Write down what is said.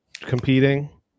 competing